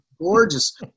gorgeous